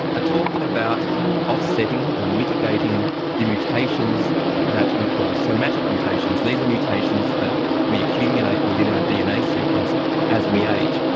ah talking about offsetting, or mitigating the mutations that we call somatic mutations. these are mutations that we accumulate within our dna sequence as we age,